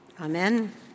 Amen